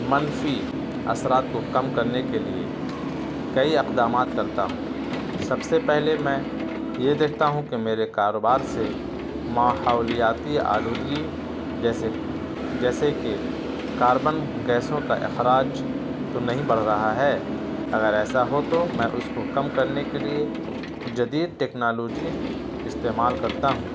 منفی اثرات کو کم کرنے کے لیے کئی اقدامات کرتا ہوں سب سے پہلے میں یہ دیکھتا ہوں کہ میرے کاروبار سے ماحولیاتی آلودگی جیسے جیسے کہ کاربن گیسوں کا اخراج تو نہیں بڑھ رہا ہے اگر ایسا ہو تو میں اس کو کم کرنے کے لیے جدید ٹیکنالوجی استعمال کرتا ہوں